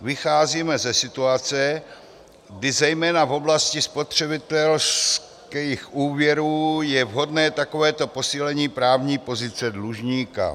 Vycházíme ze situace, kdy zejména v oblasti spotřebitelských úvěrů je vhodné takovéto posílení právní pozice dlužníka.